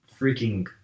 freaking